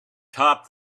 topped